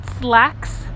slacks